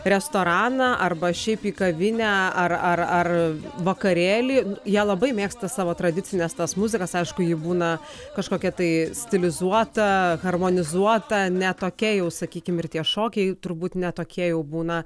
restoraną arba šiaip į kavinę ar ar ar vakarėlį jie labai mėgsta savo tradicines tas muzikas aišku ji būna kažkokia tai stilizuota harmonizuota ne tokia jau sakykim ir tie šokiai turbūt ne tokie jau būna